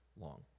long